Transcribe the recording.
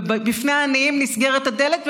ובפני עניים נסגרת הדלת,